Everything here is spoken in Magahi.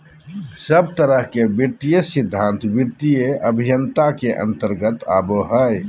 सब तरह के वित्तीय सिद्धान्त वित्तीय अभयन्ता के अन्तर्गत आवो हय